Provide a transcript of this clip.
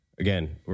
Again